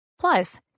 Plus